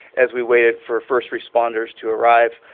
as we waited for first responders to arrive,